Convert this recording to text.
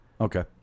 Okay